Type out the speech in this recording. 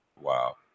Wow